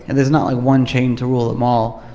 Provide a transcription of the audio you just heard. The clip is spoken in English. and it's not, like, one chain to rule them all.